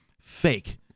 fake